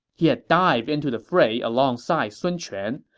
he had dived into the fray alongside sun quan,